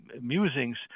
musings